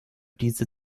diese